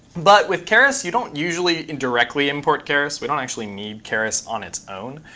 but with keras, you don't usually indirectly import keras. we don't actually need keras on its own.